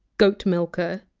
goatmilker,